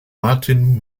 martin